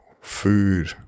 food